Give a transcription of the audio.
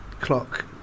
clock